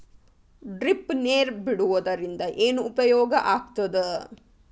Drip ನೇರ್ ಬಿಡುವುದರಿಂದ ಏನು ಉಪಯೋಗ ಆಗ್ತದ?